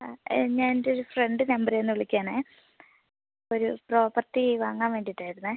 ആ ഞാന് എന്റെയൊരു ഫ്രണ്ട് നമ്പര് തന്നിട്ട് വിളിക്കുകയാണ് ഒരു പ്രോപ്പര്ട്ടി വാങ്ങാന് വേണ്ടിയിട്ടായിരുന്നു